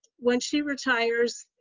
when she retires,